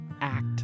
act